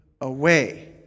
away